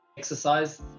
Exercise